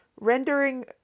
rendering